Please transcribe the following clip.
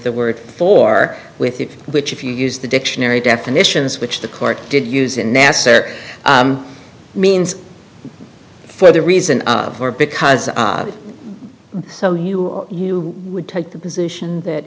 the word for with you which if you use the dictionary definitions which the court did use in nasser means for the reason for because so you or you would take the position that